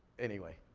anyway.